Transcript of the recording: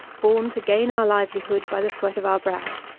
born to gain our livelihood by the sweat of our brow.